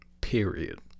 Period